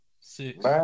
Six